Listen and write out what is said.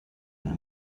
eine